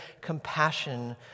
compassion